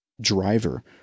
driver